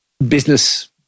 business